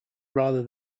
rather